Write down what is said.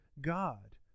God